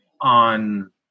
on